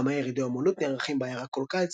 כמה ירידי אמנות נערכים בעיירה כל קיץ,